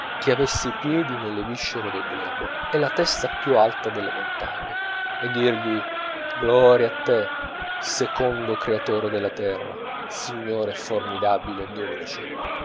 che avesse i piedi nelle viscere del globo e la testa più alta delle montagne e dirgli gloria a te secondo creatore della terra signore formidabile e dolce